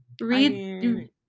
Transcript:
Read